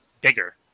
Bigger